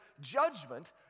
judgment